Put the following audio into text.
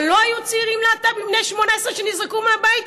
מה, לא היו צעירים להט"בים בני 18 שנזרקו מהבית?